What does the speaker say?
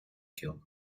kill